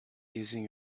using